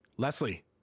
Leslie